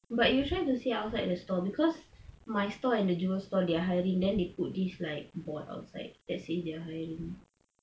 but you try to see outside the store because my store and the jewel store they are hiring then they put this like board outside that say they are hiring